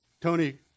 Tony